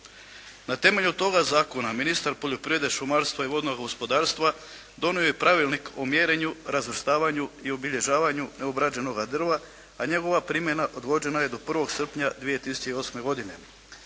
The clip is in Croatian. Na temelju toga zakona ministar poljoprivrede, šumarstva i vodnog gospodarstva donio je Pravilnik o mjerenju, razvrstavanju i obilježavanju neobrađenoga drva a njegova primjena odgođena je do 1. srpnja 2008. godine.